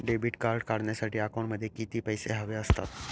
Debit card काढण्यासाठी अकाउंटमध्ये किती पैसे हवे असतात?